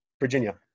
Virginia